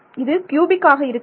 இது கியூபிக் ஆக இருக்காது